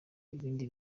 ibindi